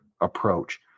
approach